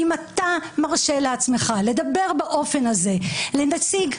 אם אתה מרשה לעצמך לדבר באופן הזה לנציג,